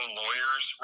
lawyers